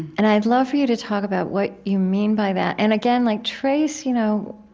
and i'd love for you to talk about what you mean by that. and again, like trace, you know,